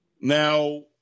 Now